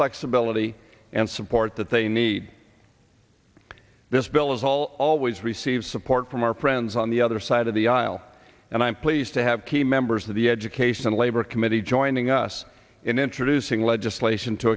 flexibility and support that they need this bill is all always receive support from our friends on the other side of the aisle and i'm pleased to have key members of the education and labor committee joining us in introducing legislation to